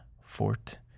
fort